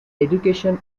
education